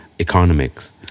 economics